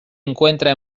encuentra